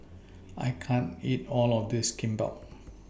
I can't eat All of This Kimbap